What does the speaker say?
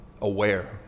aware